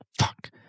fuck